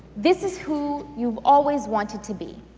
this is who you've always wanted to be,